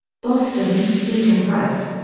boston beacon press.